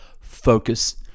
Focus